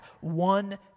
one